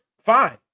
fine